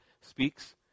speaks